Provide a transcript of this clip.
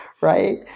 right